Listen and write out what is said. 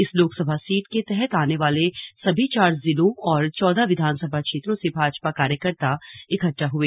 इस लोकसभा सीट के तहत आने वाले सभी चार जिलों और चौदह विधानसभा क्षेत्रों से भाजपा कार्यकर्ता इकट्टा हुए